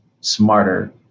smarter